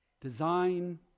design